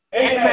Amen